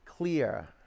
clear